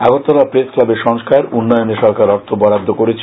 Agartala press ক্লাবের সংস্কার উন্নয়নে সরকার অর্থ বর্রাদ্দ করেছে